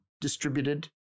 distributed